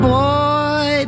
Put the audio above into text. boy